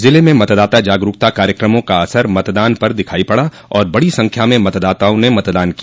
जिले में मतदाता जागरूकता कार्यक्रमा का असर मतदान पर दिखाई पड़ा और बड़ी संख्या में मतदाताओं ने मतदान किया